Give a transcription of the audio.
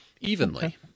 Evenly